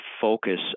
focus